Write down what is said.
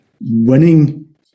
Winning